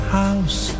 house